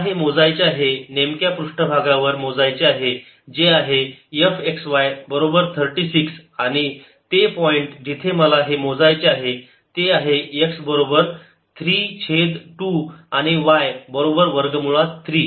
मला हे मोजायचे आहे मला हे या नेमक्या पृष्ठभागावर मोजायचे आहे जे आहे f x y बरोबर 36 आणि ते पॉइंट जिथे मला हे मोजायचे आहे ते आहे x बरोबर 3 छेद 2 आणि y बरोबर वर्ग मुळात 3